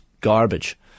garbage